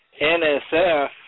NSF